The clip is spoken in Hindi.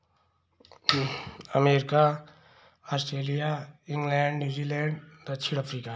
अमेरिका आस्ट्रेलिया इंग्लैंड न्यूज़ीलैंड दक्षिण अफ्रीका